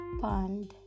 pond